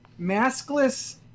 maskless